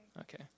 Okay